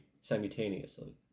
simultaneously